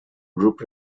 group